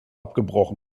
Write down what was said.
abgebrochen